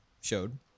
showed